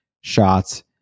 shots